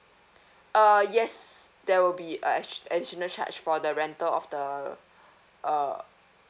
uh yes there will be a additio~ additional charge for the rental of the err